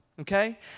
Okay